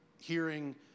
hearing